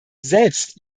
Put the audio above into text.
selbst